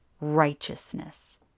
righteousness